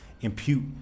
impute